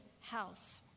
house